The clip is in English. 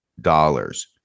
dollars